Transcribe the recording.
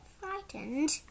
frightened